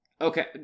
Okay